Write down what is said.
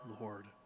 Lord